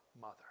mother